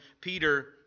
Peter